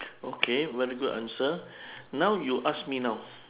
okay very good answer now you ask me now